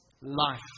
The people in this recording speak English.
life